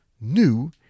new